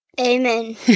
Amen